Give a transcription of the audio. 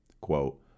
quote